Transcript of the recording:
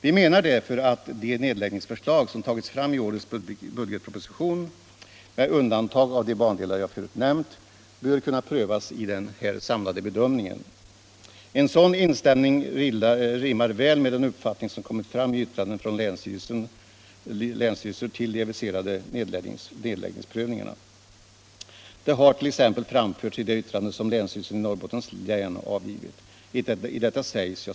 Vi menar därför att de nedläggningsförslag som tagits fram i årets budgetproposition, med undantag av de bandelar jag förut nämnt, bör kunna prövas i den samlade bedömningen. En sådan inställning rimmar väl med den uppfattning som kommit fram i yttranden från flera länsstyrelser till de aviserade nedläggningsprövningarna. Herr talman!